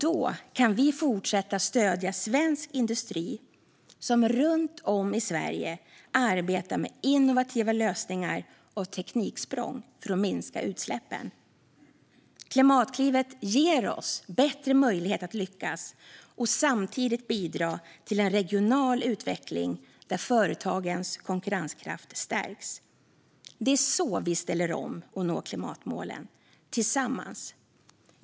Då kan vi också fortsätta att stödja svensk industri, som runt om i Sverige arbetar med innovativa lösningar och tekniksprång för att minska utsläppen. Klimatklivet ger oss bättre möjligheter att lyckas och att samtidigt bidra till en regional utveckling där företagens konkurrenskraft stärks. Det är så vi ställer om och når klimatmålen - tillsammans.